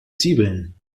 zwiebeln